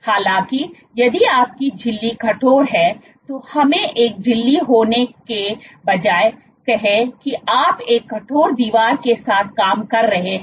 हालाँकि यदि आपकी झिल्ली कठोर है तो हमें एक झिल्ली होने के बजाय कहें कि आप एक कठोर दीवार के साथ काम कर रहे हैं